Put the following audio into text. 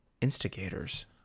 instigators